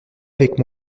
avec